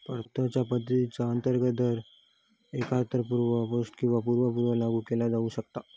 परताव्याच्यो पद्धतीचा अंतर्गत दर एकतर पूर्व पोस्ट किंवा पूर्व पूर्व लागू केला जाऊ शकता